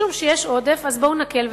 משום שיש עודף, אז בואו נקל.